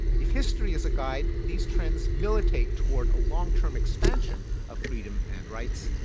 if history is a guide, these trends militate toward a long-term expansion of freedom and rights.